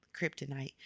Kryptonite